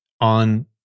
on